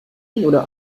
oder